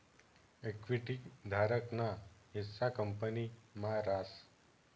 equity धारक ना हिस्सा कंपनी मा रास